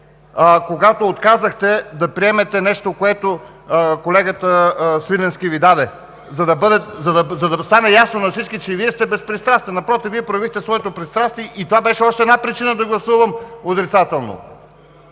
когато отказахте да приемете нещо, което колегата Свиленски Ви даде, за да стане ясно на всички, че Вие сте безпристрастен. Напротив, Вие проявихте своето пристрастие и това беше още една причина да гласувам отрицателно.